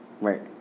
Right